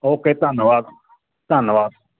okay ਧੰਨਵਾਦ ਧੰਨਵਾਦ